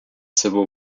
civil